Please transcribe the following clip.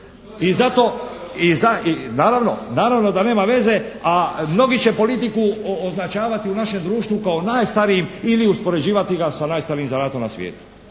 I naravno da nema veze a mnogi će politiku označavati u našem društvu kao najstariji ili uspoređivati ga sa najstarijim zanatom na svijetu.